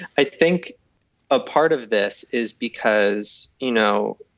i think a part of this is because, you know,